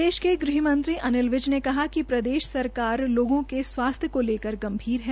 प्रदेश के गृहमंत्री अनिल विज ने कहा है क प्रदेश सरकार लोगों के स्वास्थ्य को लेकर गंभीर है